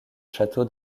château